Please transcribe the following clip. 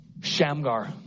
Shamgar